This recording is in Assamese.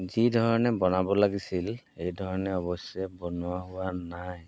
যিধৰণে বনাব লাগিছিল সেইধৰণে অৱশ্যে বনোৱা হোৱা নাই